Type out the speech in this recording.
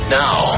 now